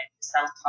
self-talk